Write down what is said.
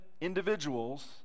individuals